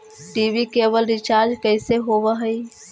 TV केवल recharge कैसे होब हइ?